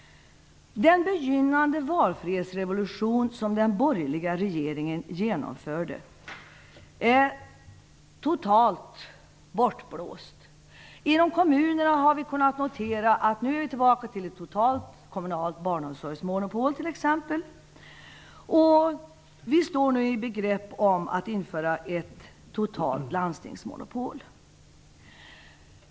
Den begynnande valfrihetsrevolution som den borgerliga regeringen genomförde är totalt bortblåst. Inom kommunerna har vi kunnat notera att vi nu är tillbaka på t.ex. ett totalt kommunalt barnomsorgsmonopol. Vi står i begrepp att införa ett totalt landstingsmonopol.